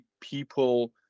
people